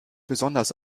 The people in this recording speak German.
besonders